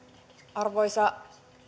arvoisa